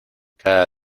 cada